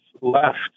left